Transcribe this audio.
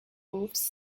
moves